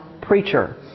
preacher